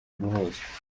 guhuzwa